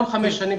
כל חמש שנים,